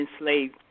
enslaved